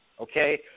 okay